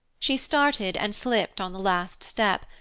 she started and slipped on the last step,